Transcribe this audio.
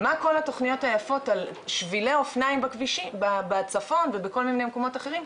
מה כל התכניות היפות על שבילי אופניים בצפון ובכל מיני מקומות אחרים,